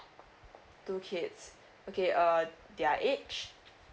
two kids okay uh their age